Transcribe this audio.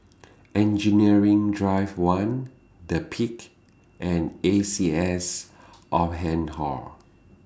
Engineering Drive one The Peak and A C S Oldham Hall